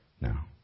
now